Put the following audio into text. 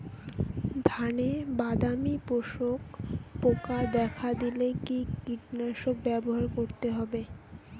ধানে বাদামি শোষক পোকা দেখা দিলে কি কীটনাশক ব্যবহার করতে হবে?